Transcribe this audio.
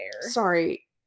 Sorry